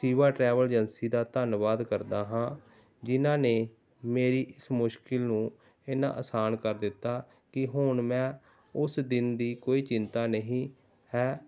Shiva travel agency ਦਾ ਧੰਨਵਾਦ ਕਰਦਾ ਹਾਂ ਜਿਨ੍ਹਾਂ ਨੇ ਮੇਰੀ ਇਸ ਮੁਸ਼ਕਲ ਨੂੰ ਇੰਨਾ ਆਸਾਨ ਕਰ ਦਿੱਤਾ ਕਿ ਹੁਣ ਮੈਂ ਉਸ ਦਿਨ ਦੀ ਕੋਈ ਚਿੰਤਾ ਨਹੀਂ ਹੈ